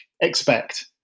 expect